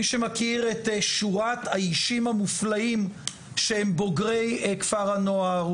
מי שמכיר את שורת האישים המופלאים שהם בוגרי כפר הנוער,